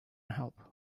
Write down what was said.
help